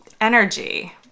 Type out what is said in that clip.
energy